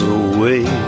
away